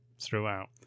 throughout